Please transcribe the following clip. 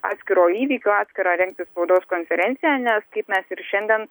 atskiro įvykio atskirą rengti spaudos konferenciją nes kaip mes ir šiandien